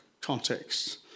context